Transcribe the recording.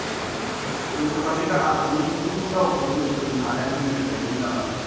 औ मुथा मुथि आसामनि गुबुन गुबुन रावफोरखौ जों सोलोंनो हानाया जोंनि थाखाय मोजां आरो